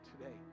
today